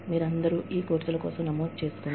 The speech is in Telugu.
మీరు ఈ కోర్సుల కోసం నమోదు చేసుకోండి